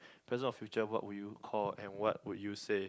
present or future what would you call and what would you say